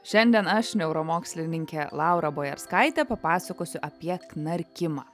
šiandien aš neuromokslininkė laura bojarskaitė papasakosiu apie knarkimą